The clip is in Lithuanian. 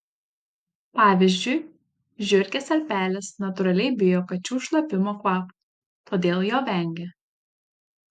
pavyzdžiui žiurkės ar pelės natūraliai bijo kačių šlapimo kvapo todėl jo vengia